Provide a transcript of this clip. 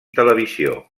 televisió